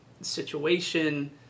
situation